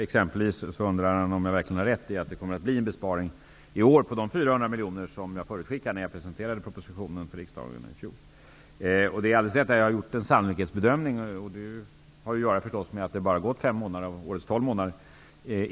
Han undrar exempelvis om jag verkligen har rätt i att det i år kommer att göras en besparing på 400 miljoner, som jag förutskickade när jag presenterade propositionen för riksdagen i fjol. Det är alldeles riktigt att jag har gjort en sannolikhetsbedömning. Det har naturligtvis att göra med att det bara har gått fem av årets tolv månader.